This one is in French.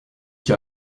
qui